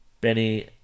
Benny